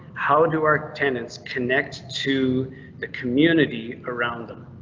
how do our tenants connect to the community around them?